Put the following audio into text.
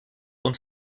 und